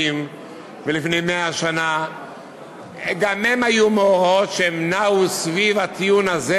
90 ו-100 שנה גם הם נעו סביב הטיעון הזה